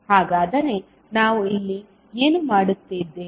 ಹಾಗಾದರೆ ನಾವು ಇಲ್ಲಿ ಏನು ಮಾಡುತ್ತಿದ್ದೇವೆ